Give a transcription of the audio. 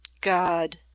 God